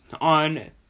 on